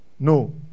no